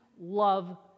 love